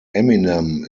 eminem